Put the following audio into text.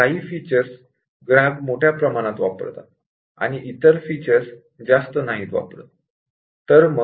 काही features users मोठ्या प्रमाणात वापरतात आणि इतर फीचर्स तुलनेने कमी वापरले जातात